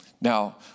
Now